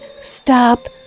Stop